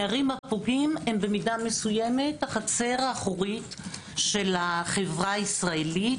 הנערים הפוגעים הם במידה מסוימת החצר האחורית של החברה הישראלית,